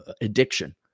addiction